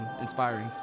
inspiring